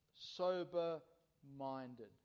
sober-minded